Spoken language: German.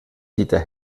dieter